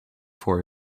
for